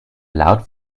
laut